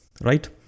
right